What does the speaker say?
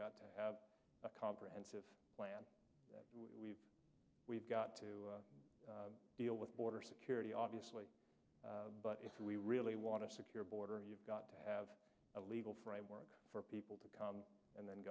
got to have a comprehensive plan that we we've got to deal with border security obviously but if we really want to secure border you've got to have a legal framework for people to come and then